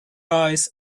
eyes